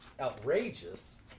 outrageous